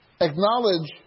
acknowledge